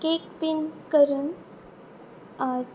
cake बीन करून